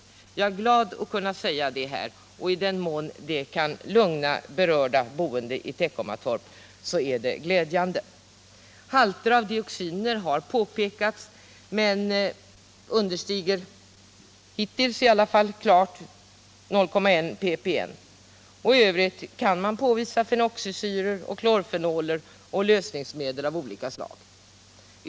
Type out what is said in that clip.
Detta är jag glad att kunna säga här, och i den mån det kan lugna berörda boende i Teckomatorp är det glädjande. Halter av dioxiner har påpekats, men de understiger — hittills i varje fall — klart 1,1 ppm. I övrigt kan man påvisa fenoxisyror och klorfenoler samt lösningsmedel av olika slag.